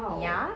ya